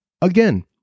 Again